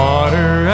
Water